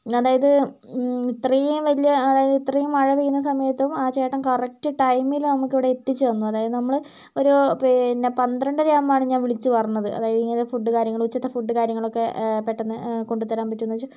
അതായത് ഇത്രയും വലിയ അതായത് ഇത്രയും മഴ പെയ്യുന്ന സമയത്തും ആ ചേട്ടൻ കറക്റ്റ് ടൈമിൽ നമുക്കിവിടെ എത്തിച്ച് തന്നു അതായത് നമ്മള് ഒരു പിന്നെ പന്ത്രണ്ടര ആകുമ്പോൾ ആണ് ഞാൻ വിളിച്ചു പറഞ്ഞത് അതായത് ഫുഡ് കാര്യങ്ങളൊക്കെ ഉച്ചക്കത്തെ ഫുഡ് കാര്യങ്ങൾ പെട്ടെന്ന് കൊണ്ട് തരാൻ പറ്റുമോ എന്ന് ചോദിച്ചു